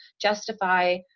justify